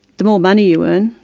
the more money you earn,